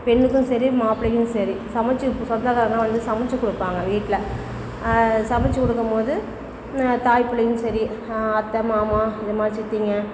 பெண்ணுக்கும் சரி மாப்பிளைக்கும் சரி சமைச்சி சொந்தக்காரங்களாம் வந்து சமைச்சிக் கொடுப்பாங்க வீட்டில சமைச்சிக் கொடுக்கும்போது தாய் பிள்ளையும் சரி அத்தை மாமா இந்த மாதிரி சித்திங்க